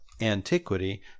antiquity